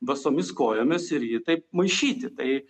basomis kojomis ir jį taip maišyti tai